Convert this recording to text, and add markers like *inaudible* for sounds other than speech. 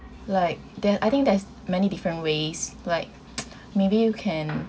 like ther~ I think there's many different ways like *noise* maybe you can